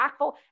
impactful